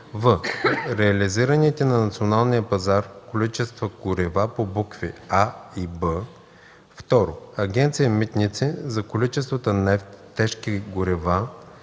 в) реализираните на националния пазар количества горива по букви „а” и „б”; 2. Агенция „Митници” за количествата нефт, тежки горива